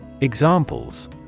Examples